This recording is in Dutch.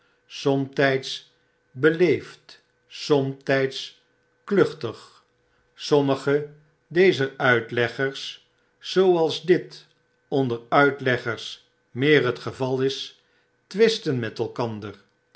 badplaats leefd somtgds kluchtig sommige dezer uitleggers zooals dit onder uitleggers meer het geval is twisten met elkander